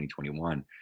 2021